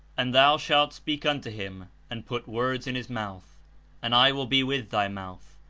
and thou shalt speak unto him, and put words in his mouth and i will be with thy mouth,